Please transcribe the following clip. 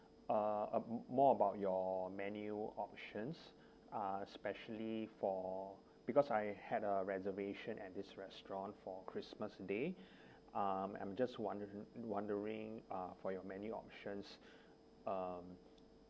uh more about your menu options uh specially for because I had a reservation at this restaurant for christmas day um I'm just wondering wondering uh for your menu options um